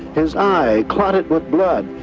his eye clotted with blood.